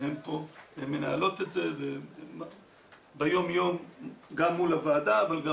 הן מנהלות את זה ביום-יום גם מול הוועדה אבל גם